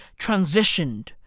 transitioned